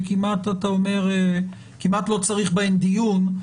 שאתה אומר שכמעט לא צריך בהן דיון,